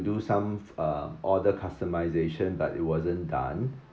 do some uh order customisation but it wasn't done